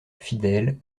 fidèle